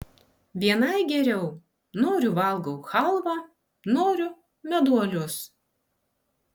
vienai geriau noriu valgau chalvą noriu meduolius